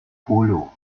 polo